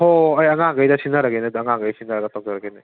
ꯍꯣꯏ ꯍꯣꯏ ꯑꯩ ꯑꯉꯥꯡꯉꯩꯗ ꯁꯤꯟꯅꯔꯒꯦꯅꯦ ꯑꯉꯥꯡꯉꯩ ꯁꯤꯟꯅꯔꯒ ꯇꯧꯖꯔꯒꯦꯅꯦ